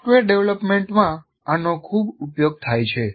software ડેવલપમેન્ટમાં આનો ખૂબ ઉપયોગ થાય છે